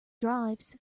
drives